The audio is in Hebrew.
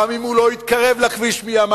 גם אם הוא לא התקרב לכביש מימיו,